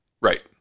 Right